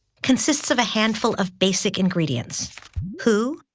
consists of a handful of basic ingredients who,